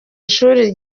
ishuri